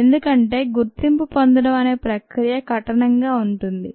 ఎందుకంటే గుర్తింపు పొందటం అనే ప్రక్రియ కఠినంగా ఉంటుంది